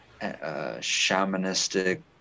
shamanistic